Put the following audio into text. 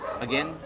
again